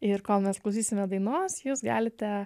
ir kol mes klausysimės dainos jūs galite